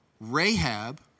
Rahab